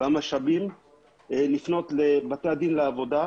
ואת המשאבים לפנות לבתי הדין לעבודה,